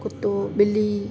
कुतो बिली